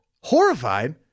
horrified